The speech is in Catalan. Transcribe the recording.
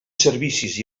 servicis